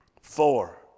four